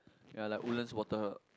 ya like Woodlands water